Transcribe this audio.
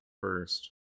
first